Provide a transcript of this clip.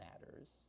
matters